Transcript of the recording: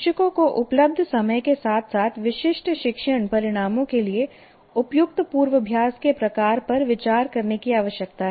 शिक्षकों को उपलब्ध समय के साथ साथ विशिष्ट शिक्षण परिणामों के लिए उपयुक्त पूर्वाभ्यास के प्रकार पर विचार करने की आवश्यकता है